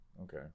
okay